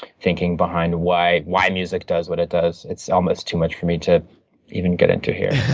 thinking behind why why music does what it does. it's almost too much for me to even get into here.